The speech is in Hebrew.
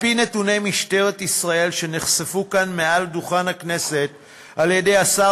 על-פי נתוני משטרת ישראל שנחשפו כאן מעל דוכן הכנסת על-ידי השר